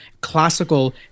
classical